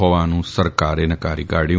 હોવાનું સરકારે નકારી કાઢ્યું